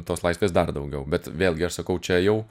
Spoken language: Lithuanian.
tos laisvės dar daugiau bet vėlgi aš sakau čia jau